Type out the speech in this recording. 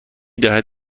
دهد